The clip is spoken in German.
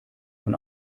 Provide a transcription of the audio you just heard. von